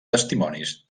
testimonis